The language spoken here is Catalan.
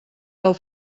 del